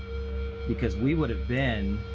because we would've been